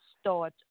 start